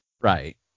Right